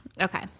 Okay